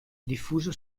diffusa